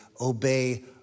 obey